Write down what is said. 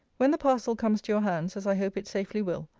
when the parcel comes to your hands, as i hope it safely will,